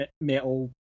metal